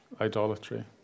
idolatry